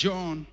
John